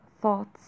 thoughts